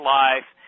life